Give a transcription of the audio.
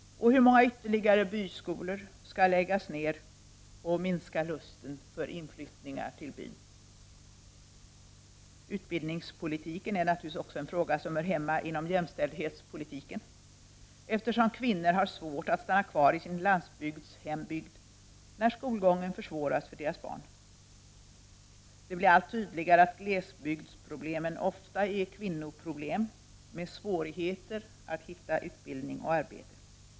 Och hur många ytterligare byskolor skall läggas ned och minska lusten för inflyttning till byn? Utbildningspolitiken är en fråga som naturligtvis också hör hemma —- inom jämställdhetspolitiken, eftersom kvinnor har svårt att stanna kvar i sin landsbygdshembygd när skolgången försvåras för deras barn. Det blir allt tydligare att glesbygdsproblemen ofta är kvinnoproblem med svårigheter att hitta utbildning och arbete.